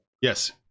Yes